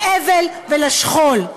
לאבל ולשכול.